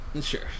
Sure